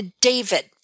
David